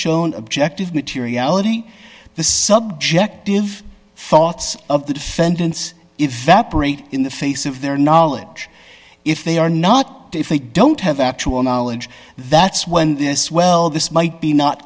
shown objective materiality the subjective thoughts of the defendants evaporate in the face of their knowledge if they are not to if they don't have actual knowledge that's when this well this might be not